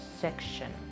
section